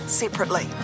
separately